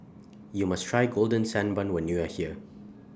YOU must Try Golden Sand Bun when YOU Are here